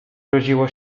rodziło